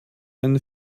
einen